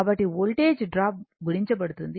కాబట్టి voltage drop గుణించబడుతుంది